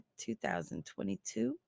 2022